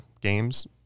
games